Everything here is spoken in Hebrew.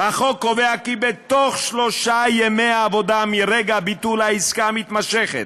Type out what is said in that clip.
החוק קובע כי בתוך שלושה ימי עבודה מרגע ביטול העסקה המתמשכת